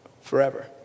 forever